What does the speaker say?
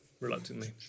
reluctantly